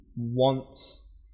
wants